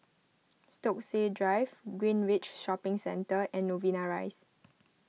Stokesay Drive Greenridge Shopping Centre and Novena Rise